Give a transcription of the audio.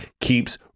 keeps